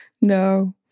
No